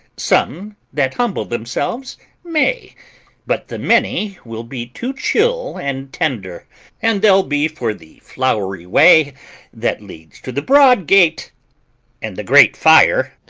some that humble themselves may but the many will be too chill and tender and they'll be for the flow'ry way that leads to the broad gate and the great fire.